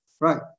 right